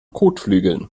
kotflügeln